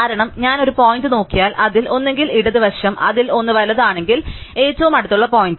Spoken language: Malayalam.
കാരണം ഞാൻ ഒരു പോയിന്റ് നോക്കിയാൽ അതിൽ ഒന്നുകിൽ ഇടതുവശവും അതിൽ ഒന്ന് വലത് ആണെങ്കിൽ ഏറ്റവും അടുത്തുള്ള പോയിന്റ്